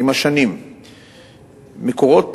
מקורות